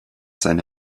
seine